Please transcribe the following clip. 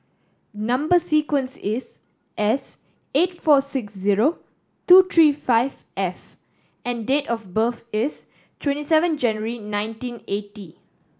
number sequence is S eight four six zero two three five F and date of birth is twenty seven January nineteen eighty